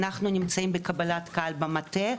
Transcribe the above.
אנחנו נמצאים בקבלת קהל במטה,